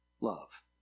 love